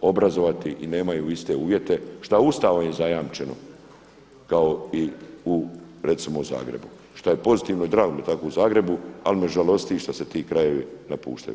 obrazovati i nemaju iste uvjete što je Ustavom zajamčeno kao i u recimo Zagrebu, što je pozitivno i drago mi je da je tako u Zagrebu ali me žalosti što se ti krajevi napuštaju.